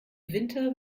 winter